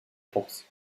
force